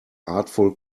artful